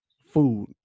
Food